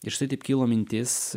ir štai taip kilo mintis